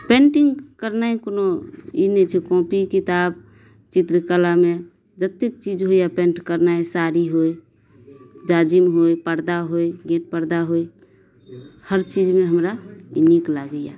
painting करनाइ कोनो ई नहि छै कॉपी किताब चित्रकलामे जतेक चीज होइया पेन्ट करनाइ साड़ी होइ जाजिम होइ पर्दा होइ गेट पर्दा होइ हर चीजमे हमरा नीक लागैया